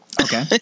Okay